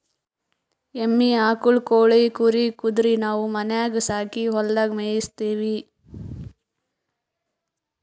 ಎಮ್ಮಿ ಆಕುಳ್ ಕೋಳಿ ಕುರಿ ಕುದರಿ ನಾವು ಮನ್ಯಾಗ್ ಸಾಕಿ ಹೊಲದಾಗ್ ಮೇಯಿಸತ್ತೀವಿ